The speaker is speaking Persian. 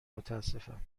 متاسفم